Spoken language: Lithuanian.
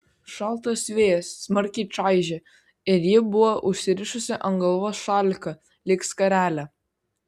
šaltas vėjas smarkiai čaižė ir ji buvo užsirišusi ant galvos šaliką lyg skarelę